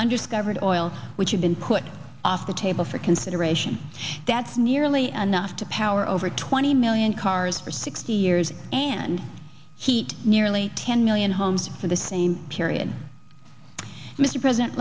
scuppered oil which have been put off the table for consideration that's nearly enough to power over twenty million cars for sixty years and heat nearly ten million homes for the same period mr president